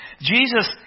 Jesus